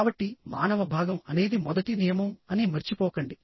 కాబట్టి మానవ భాగం అనేది మొదటి నియమం అని మర్చిపోకండి